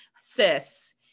sis